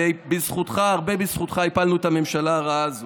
ובזכותך, הרבה בזכותך, הפלנו את הממשלה הרעה הזאת.